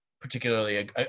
particularly